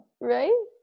Right